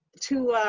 to